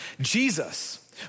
Jesus